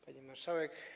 Pani Marszałek!